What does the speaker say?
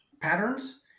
patterns